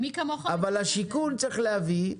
אבל השיכון צריך להביא,